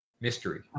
mystery